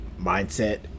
mindset